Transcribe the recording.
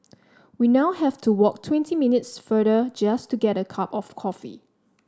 we now have to walk twenty minutes farther just to get a cup of coffee